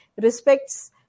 respects